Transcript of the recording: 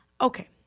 Okay